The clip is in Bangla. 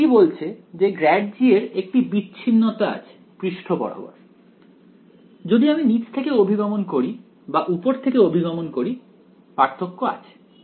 তাই এটি বলছে যে ∇g এর একটি বিচ্ছিন্নতা আছে পৃষ্ঠ বরাবর যদি আমি নিচ থেকে অভিগমন করি বা উপর থেকে অভিগমন করি পার্থক্য আছে